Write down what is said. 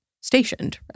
stationed